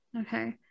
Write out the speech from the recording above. Okay